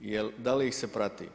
jel da li ih se prati.